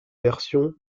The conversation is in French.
version